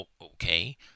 Okay